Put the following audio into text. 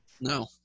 No